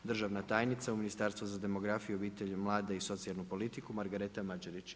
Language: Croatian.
Državna tajnica u Ministarstvu za demografiju, obitelj i mlade i socijalnu politiku Margareta Mađerić.